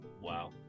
Wow